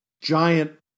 giant